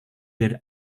their